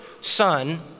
son